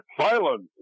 silence